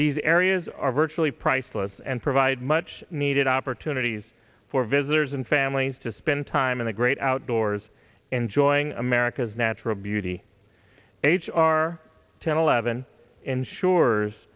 these areas are virtually priceless and provide much needed opportunities for visitors and families to spend time in the great outdoors enjoying america's natural beauty h r ten eleven ensures